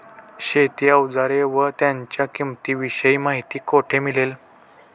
शेती औजारे व त्यांच्या किंमतीविषयी माहिती कोठे मिळेल?